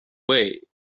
way